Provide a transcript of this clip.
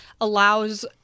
allows